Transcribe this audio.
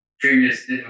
Previous